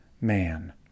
man